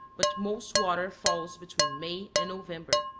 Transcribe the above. but most water falls between may and november,